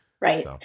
Right